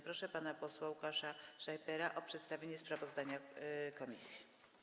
Proszę pana posła Łukasza Schreibera o przedstawienie sprawozdania komisji.